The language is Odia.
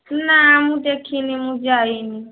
ନାଁ ମୁଁ ଦେଖିନି ମୁଁ ଯାଇନି